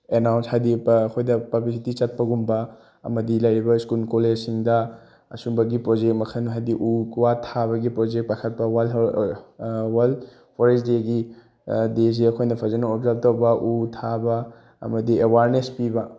announce ꯍꯥꯏꯗꯤ ꯑꯩꯈꯣꯏꯗ publicity ꯆꯠꯄꯒꯨꯝꯕ ꯑꯃꯗꯤ ꯂꯩꯔꯤꯕ ꯁ꯭ꯀꯨꯜ ꯂꯦꯖꯁꯤꯡꯗ ꯑꯁꯨꯝꯕꯒꯤ ꯄ꯭ꯔꯣꯖꯦꯛ ꯃꯈꯟ ꯍꯥꯏꯗꯤ ꯎ ꯋꯥ ꯊꯥꯕꯒꯤ ꯄ꯭ꯔꯣꯖꯦꯛ ꯄꯥꯏꯈꯠꯄ ꯎ ꯋꯥ ꯊꯥꯕꯒꯤ ꯋꯥꯔꯜ ꯐꯣꯔꯦꯁ ꯗꯦꯒꯤ ꯗꯦꯁꯤ ꯑꯩꯈꯣꯏꯅ ꯐꯖꯅ ꯑꯣꯞꯖꯥꯔꯞ ꯇꯧꯕ ꯎ ꯊꯥꯕ ꯑꯃꯗꯤ ꯑꯦꯋꯥꯔꯅꯦꯁ ꯄꯤꯕ